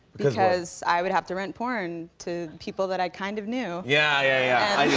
because i would have to rent porn to people that i kind of knew. yeah. yeah,